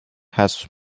has